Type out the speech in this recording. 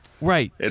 right